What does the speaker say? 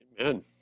Amen